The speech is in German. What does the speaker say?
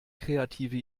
kreative